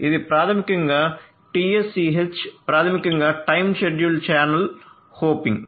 ఇది ప్రాథమికంగా TSCH ప్రాథమికంగా టైమ్ షెడ్యూల్డ్ ఛానల్ హోపింగ్